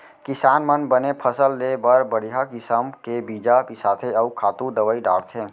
किसान मन बने फसल लेय बर बड़िहा किसम के बीजा बिसाथें अउ खातू दवई डारथें